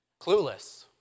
clueless